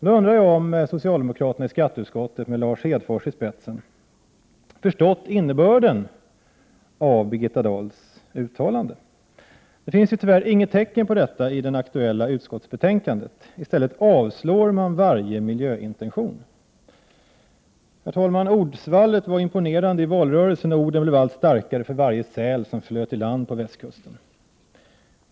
Nu undrar jag om socialdemokraterna i skatteutskottet med Lars Hedfors i spetsen förstått innebörden av Birgitta Dahls uttalande. Det finns tyvärr inget tecken som tyder på det i det aktuella utskottsbetänkandet. I stället avstyrker man varje miljöintention. Herr talman! Ordsvallet var imponerande i valrörelsen, och orden blev allt starkare för varje säl som flöt i land på västkusten.